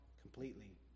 completely